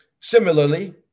Similarly